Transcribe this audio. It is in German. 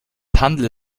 handle